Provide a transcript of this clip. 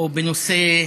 אדוני.